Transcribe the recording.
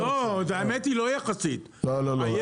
לא, האמת היא לא יחסית --- לא, לא , לא.